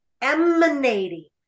Emanating